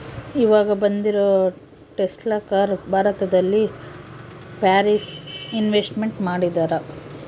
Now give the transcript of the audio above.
ಈವಾಗ ಬಂದಿರೋ Tesla car ಭಾರತದಲ್ಲಿ ಫಾರಿನ್ ಇನ್ವೆಸ್ಟ್ಮೆಂಟ್ ಮಾಡಿದರಾ